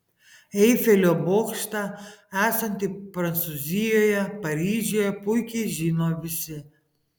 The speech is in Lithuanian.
eifelio bokštą esantį prancūzijoje paryžiuje puikiai žino visi